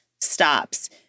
stops